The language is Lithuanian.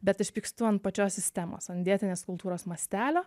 bet aš pykstu ant pačios sistemos an vietinės kultūros mastelio